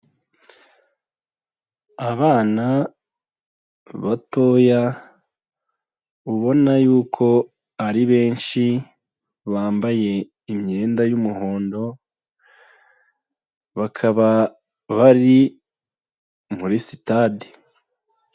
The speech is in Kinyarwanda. Abana batoya ubona yuko ari benshi, bambaye imyenda y'umuhondo, bakaba bari muri sitade.